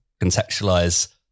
contextualize